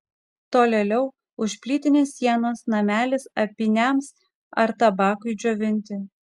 tolėliau už plytinės sienos namelis apyniams ar tabakui džiovinti